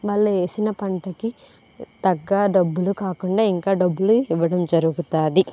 వాళ్ళు వేసిన పంటకి తగ్గ డబ్బులు కాకుండా ఇంకా డబ్బులు ఇవ్వడం జరుగుతుంది